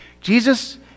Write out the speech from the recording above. Jesus